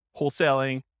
wholesaling